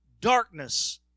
darkness